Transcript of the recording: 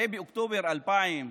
הרי באוקטובר 2000,